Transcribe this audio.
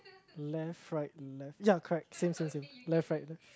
left right left ya correct same same same left right